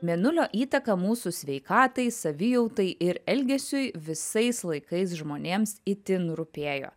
mėnulio įtaką mūsų sveikatai savijautai ir elgesiui visais laikais žmonėms itin rūpėjo